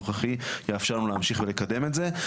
הנוכחי יאפשר לנו להמשיך ולקדם את זה,